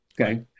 okay